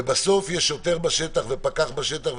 ובסוף יש שוטר בשטח ופקח בשטח,